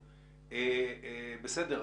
בסדר,